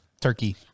Turkey